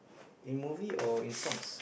in movie or in songs